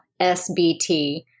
SBT